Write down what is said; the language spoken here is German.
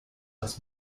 das